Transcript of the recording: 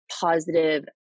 positive